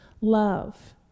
love